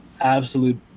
absolute